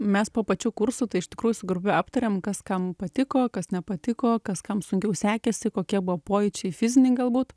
mes po pačių kursų tai iš tikrųjų su grupe aptarėm kas kam patiko kas nepatiko kas kam sunkiau sekėsi kokie buvo pojūčiai fiziniai galbūt